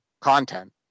content